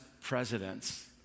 presidents